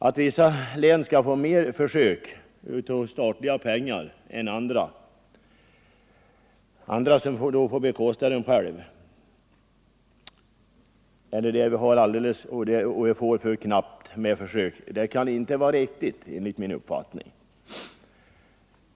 Att vissa län skall få mer av statliga pengar till försök medan andra till stor del nödgas bekosta försöken själva därför att de får för knapp tilldelning kan inte vara riktigt.